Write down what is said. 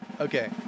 Okay